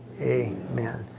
Amen